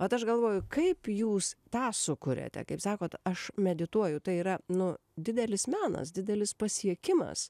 vat aš galvoju kaip jūs tą sukuriate kaip sakot aš medituoju tai yra nu didelis menas didelis pasiekimas